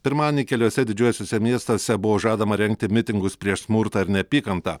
pirmadienį keliuose didžiuosiuose miestuose buvo žadama rengti mitingus prieš smurtą ir neapykantą